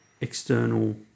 external